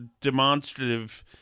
demonstrative